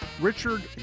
Richard